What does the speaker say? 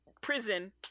prison